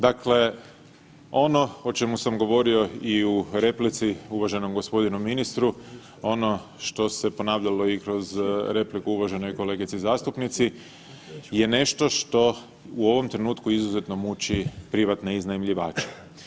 Dakle, ono o čemu sam govorio i u replici uvaženom gospodinu ministru, ono što se ponavljalo i kroz repliku uvaženoj kolegici zastupnici je nešto što u ovom trenutku izuzetno muči privatne iznajmljivače.